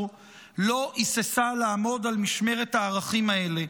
לא היססה לעמוד על משמרת הערכים האלה,